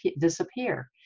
disappear